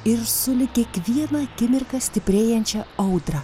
ir sulig kiekviena akimirka stiprėjančią audrą